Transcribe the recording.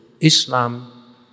Islam